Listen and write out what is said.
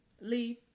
Leave